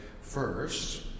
first